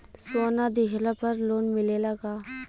सोना दिहला पर लोन मिलेला का?